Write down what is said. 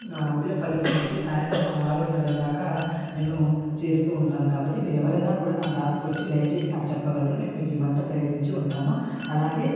ఉదయం పదింటి నుంచి సాయంత్రం ఆరున్నర దాకా నేను చేస్తూ ఉంటాను కాబట్టి మీరు ఎవరైనా కూడా నా క్లాస్కి వచ్చి దయచేసి నాకు చెప్పాలని నేను మీకు ఈ వంట ప్రయత్నించి ఉంటాను అలాగే